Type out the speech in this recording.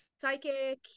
psychic